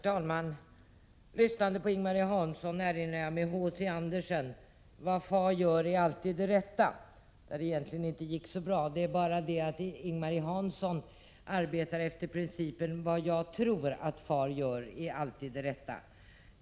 Herr talman! Lyssnande på Ing-Marie Hansson erinrade jag mig H.C. Andersen: Vad far gör är alltid det rätta, trots att det inte alltid gick så bra. Det är bara det att Ing-Marie Hansson arbetar efter principen: Vad jag tror att far gör är alltid det rätta.